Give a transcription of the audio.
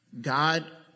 God